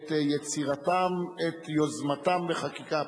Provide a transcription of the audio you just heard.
את יצירתם, את יוזמתם, בחקיקה פרטית.